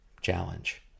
challenge